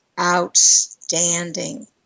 outstanding